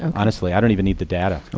um honestly. i don't even need the data.